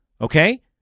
Okay